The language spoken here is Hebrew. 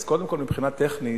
אז קודם כול, מבחינה טכנית,